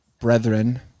brethren